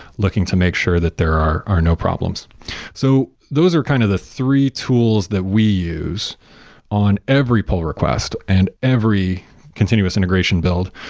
looking to make sure that there are are no problems so those are kind of the three tools that we use on every pull request and every continuous integration build,